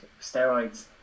steroids